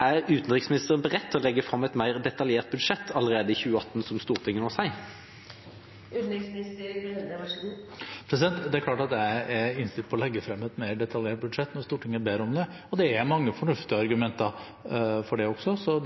Er utenriksministeren beredt til å legge fram et mer detaljert budsjett allerede i 2018, sånn Stortinget nå sier? Det er klart at jeg er innstilt på å legge frem et mer detaljert budsjett når Stortinget ber om det. Det er også mange fornuftige argumenter for det, så